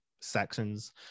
sections